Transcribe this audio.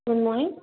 good morning